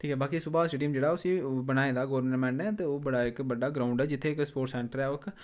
ठीक ऐ बाकी सुभाष स्टेडियम जेह्ड़ा उसी बनाए दा गोवरमैंट न ते ओह् बड़ा इक बड्डा ग्राउंड ऐ जित्थे कि स्पोर्टस सैंटर ऐ ओह् इक